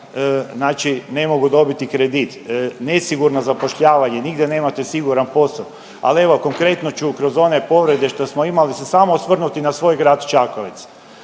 znači ne mogu dobiti kredit. Nesigurno zapošljavanje, nigdje nemate siguran posao. Ali evo konkretno ću kroz one povrede što smo imali se samo osvrnuti na svoj grad Čakovec.